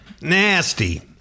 Nasty